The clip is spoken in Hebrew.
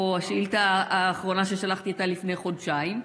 או השאילתה האחרונה ששלחתי, שהייתה לפני חודשיים.